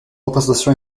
représentation